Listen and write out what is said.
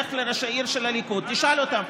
לך לראשי עיר של הליכוד, תשאל אותם.